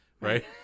right